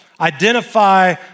identify